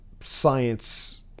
science